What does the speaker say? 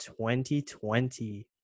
2020